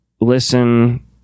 listen